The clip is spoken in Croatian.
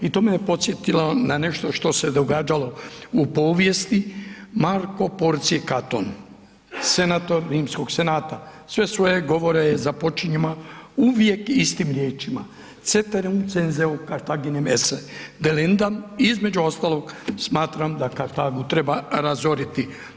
I to me je podsjetilo na nešto što se je događalo u povijesti Marko Porcije Katon, senator Rimskog senata sve svoje govore je započinjao uvijek istim riječima Ceterum censeo Cartaginem esse delendm, između ostalog smatram da Kartagu treba razoriti“